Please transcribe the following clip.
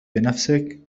بنفسك